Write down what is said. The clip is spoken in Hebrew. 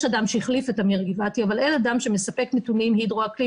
יש אדם שהחליף את אמיר גבעתי אבל אין אדם שמספק נתונים הידרו-אקלימיים,